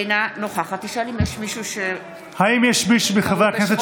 אינה נוכחת האם יש מישהו מחברי הכנסת